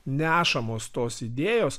nešamos tos idėjos